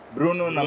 Bruno